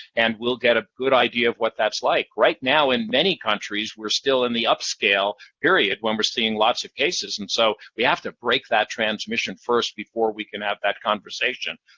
and we'll get a good idea of what that's like. right now, in many countries, we're still in the upscale period when we're seeing lots of cases. and so we have to break that transmission first before we can have that conversation.